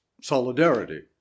solidarity